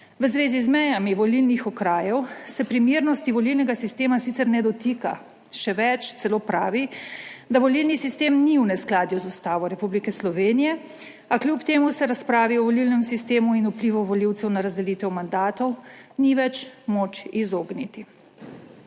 v zvezi z mejami volilnih okrajev se primernosti volilnega sistema sicer ne dotika, še več, celo pravi, da volilni sistem ni v neskladju z Ustavo Republike Slovenije, a kljub temu se razpravi o volilnem sistemu in vplivu volivcev na razdelitev mandatov ni več moč izogniti.